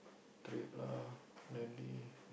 trip lah then the